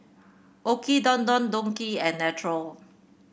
OKI Don Don Donki and Naturel